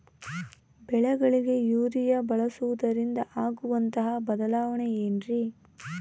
ಬೆಳೆಗಳಿಗೆ ಯೂರಿಯಾ ಬಳಸುವುದರಿಂದ ಆಗುವಂತಹ ಬದಲಾವಣೆ ಏನ್ರಿ?